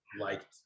liked